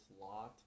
lot